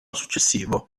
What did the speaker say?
successivo